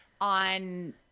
on